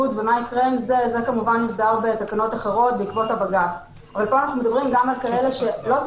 זה היה מוקד התפרצות וזה אחד המחוללים של הגל השני.